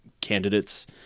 candidates